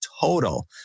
total